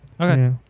Okay